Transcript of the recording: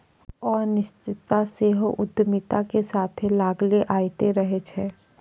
अनिश्चितता सेहो उद्यमिता के साथे लागले अयतें रहै छै